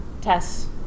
Tess